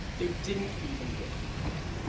they didn't even get reprinted.